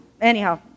anyhow